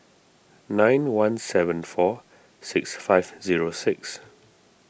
nine one seven four six five zero six